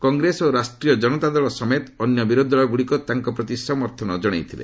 କଂଗ୍ରେସ ଓ ରାଷ୍ଟ୍ରୀୟ ଜନତା ଦଳ ସାମେତ ଅନ୍ୟ ବିରୋଧୀ ଦଳଗୁଡ଼ିକ ତାଙ୍କ ପ୍ରତି ସମର୍ଥନ ଜଣାଇଥିଲେ